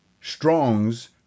Strong's